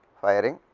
firing,